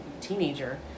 teenager